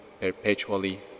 perpetually